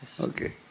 Okay